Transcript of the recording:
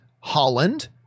Holland